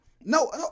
no